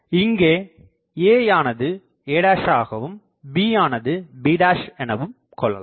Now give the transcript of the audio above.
இங்கே aயானது a ஆகவும் bயானது b எனவும் கொள்ளலாம்